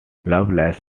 loveless